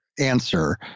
Answer